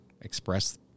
express